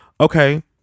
okay